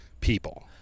people